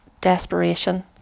desperation